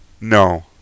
No